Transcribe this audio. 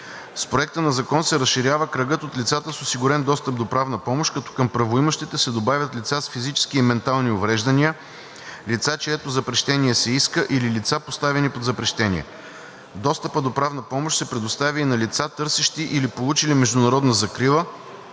С Проекта на закон се разширява кръгът от лицата с осигурен достъп до правна помощ, като към правоимащите се добавят лица с физически и ментални увреждания, лица, чието запрещение се иска, или лица, поставени под запрещение. Достъпът до правна помощ се предоставя и на лица, търсещи или получили международна закрила,